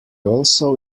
also